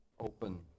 open